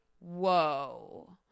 whoa